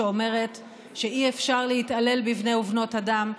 שאומרת שאי-אפשר להתעלל בבני ובנות אדם.